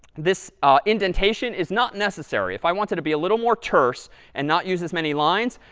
this indentation is not necessary. if i wanted to be a little more terse and not use this many lines,